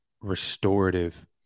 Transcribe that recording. restorative